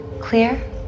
Clear